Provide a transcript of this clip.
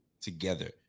together